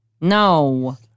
No